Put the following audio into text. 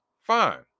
fine